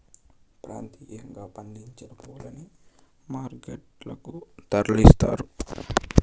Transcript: ప్రాంతీయంగా పండించిన పూలని మార్కెట్ లకు తరలిస్తారు